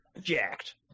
Jacked